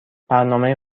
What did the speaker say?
برنامه